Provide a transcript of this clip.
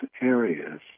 areas